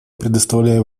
предоставлю